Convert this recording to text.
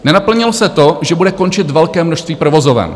Nenaplnilo se to, že bude končit velké množství provozoven.